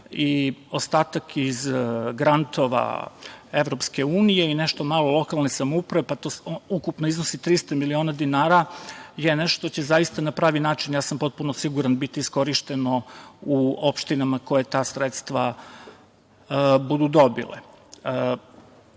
i ostatak iz grantova EU i nešto malo lokalne samouprave, pa to ukupno iznosi 300 miliona dinara je nešto što će zaista na pravi način, ja sam potpuno siguran, biti iskorišćeno u opštinama koje ta sredstva budu